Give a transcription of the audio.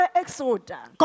exodus